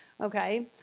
Okay